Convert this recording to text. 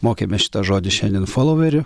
mokėmės šitą žodį šiandien folaueriu